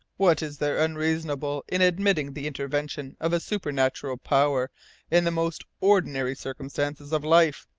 what is there unreasonable in admitting the intervention of a supernatural power in the most ordinary circumstances of life?